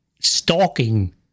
stalking